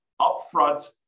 upfront